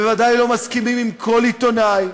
ובוודאי לא מסכימים עם כל עיתונאי,